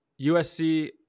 USC